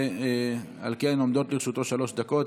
ועל כן עומדות לרשות שלוש דקות.